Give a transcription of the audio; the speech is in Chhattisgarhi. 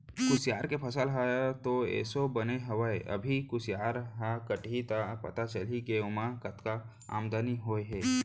कुसियार के फसल ह तो एसो बने हवय अभी कुसियार ह कटही त पता चलही के ओमा कतका आमदनी होय हे